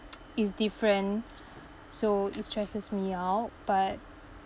is different so it stresses me out but